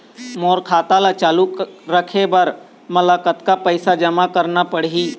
मोर खाता ला चालू रखे बर म कतका पैसा जमा रखना पड़ही?